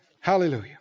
Hallelujah